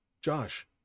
Josh